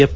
F